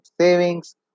savings